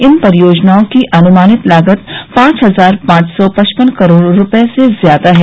इन परियोजनाओं की अनुमानित लागत पांच हजार पांच सौ पचपन करोड रुपये से ज्यादा है